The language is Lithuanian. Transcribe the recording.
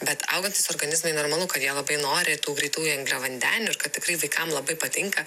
bet augantys organizmai normalu kad jie labai nori tų greitųjų angliavandenių ir kad tikrai vaikam labai patinka